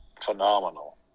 phenomenal